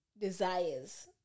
desires